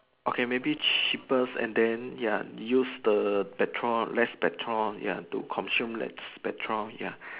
okay maybe cheaper and than use the petrol less petrol ya to consume less petrol